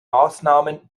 maßnahmen